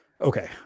okay